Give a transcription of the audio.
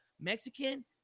Mexican